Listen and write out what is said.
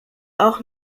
auch